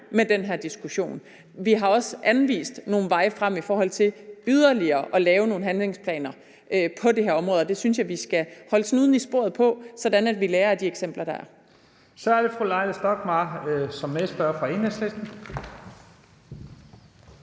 med den her diskussion. Vi har også anvist nogle veje frem i forhold til yderligere at lave nogle handlingsplaner på det her område, og det synes jeg vi skal holde snuden i sporet på, sådan at vi lærer af de eksempler, der er. Kl. 15:36 Første næstformand (Leif Lahn Jensen):